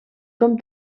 com